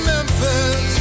Memphis